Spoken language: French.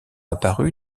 apparu